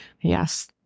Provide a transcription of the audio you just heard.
Yes